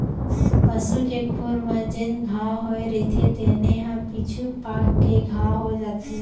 पसू के खुर म जेन घांव होए रइथे तेने ह पीछू पाक के घाव हो जाथे